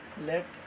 let